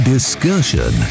Discussion